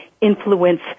influence